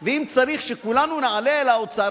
ואם צריך שכולנו נעלה אל האוצר,